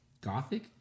Gothic